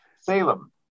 Salem